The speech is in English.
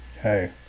Hey